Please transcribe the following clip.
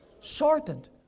shortened